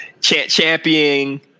championing